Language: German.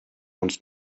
uns